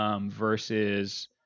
versus